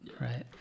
right